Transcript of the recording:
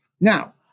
Now